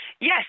Yes